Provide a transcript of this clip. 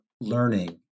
learning